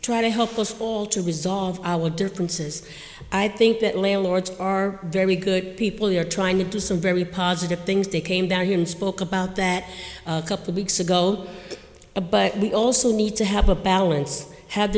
try to help us all to resolve our differences i think that landlords are very good people who are trying to do some very positive things they came down here and spoke about that a couple weeks ago a but we also need to have a balance have